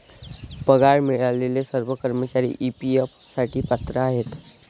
पगार मिळालेले सर्व कर्मचारी ई.पी.एफ साठी पात्र आहेत